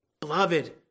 Beloved